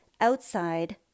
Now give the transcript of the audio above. outside